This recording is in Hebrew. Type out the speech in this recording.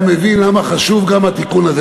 הוא היה מבין למה חשוב גם התיקון הזה,